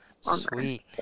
Sweet